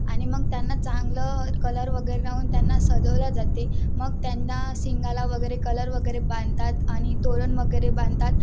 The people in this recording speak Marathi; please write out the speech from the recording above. आणि मग त्यांना चांगलं कलर वगैरे राहून त्यांना सजवल्या जाते मग त्यांना शिंगाला वगैरे कलर वगैरे बांधतात आणि तोरण वगैरे बांधतात